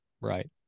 Right